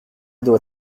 doit